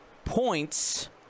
Points